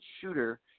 shooter